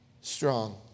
strong